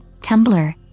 Tumblr